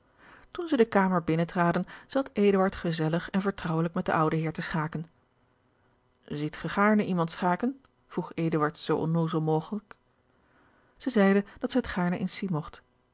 toen zij de kamer binnen traden zat eduard gezellig en vertrouwelijk met den ouden heer te schaken ziet ge gaarne iemand zien schaken vroeg eduard zoo onnoozel mogelijk zij zeide dat zij het gaarne eens zien mogt